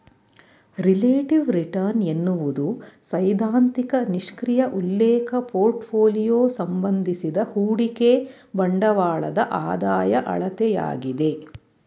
relative return ಎನ್ನುವುದು ಸೈದ್ಧಾಂತಿಕ ನಿಷ್ಕ್ರಿಯ ಉಲ್ಲೇಖ ಪೋರ್ಟ್ಫೋಲಿಯೋ ಸಂಬಂಧಿಸಿದ ಹೂಡಿಕೆ ಬಂಡವಾಳದ ಆದಾಯ ಅಳತೆಯಾಗಿದೆ